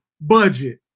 Budget